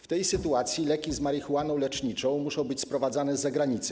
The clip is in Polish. W tej sytuacji leki z marihuaną leczniczą muszą być sprowadzane z zagranicy.